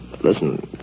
listen